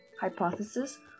hypothesis